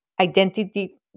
identity